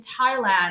Thailand